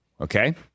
okay